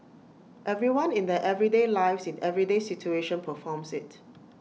everyone in their everyday lives in everyday situation performs IT